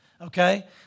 Okay